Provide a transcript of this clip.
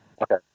Okay